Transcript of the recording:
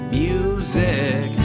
music